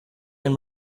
and